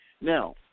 Now